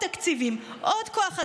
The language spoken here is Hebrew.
עוד תקציבים, עוד כוח אדם,